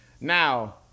Now